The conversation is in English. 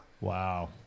Wow